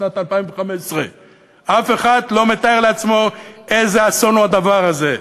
שנת 2015. אף אחד לא מתאר לעצמו איזה אסון הוא הדבר הזה.